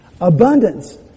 Abundance